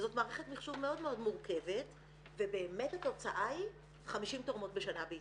וזאת מערכת מחשוב מאוד מורכבת ובאמת התוצאה היא 50 תורמות בשנה בישראל.